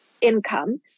income